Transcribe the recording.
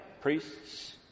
Priests